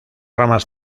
ramas